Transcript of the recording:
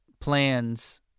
plans